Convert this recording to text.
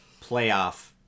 playoff